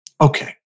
okay